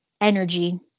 energy